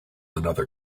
another